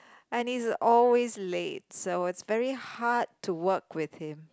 and he's always late so it's very hard to work with him